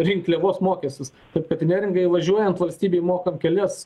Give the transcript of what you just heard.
rinkliavos mokestis taip kad į neringą įvažiuojant valstybei mokat kelias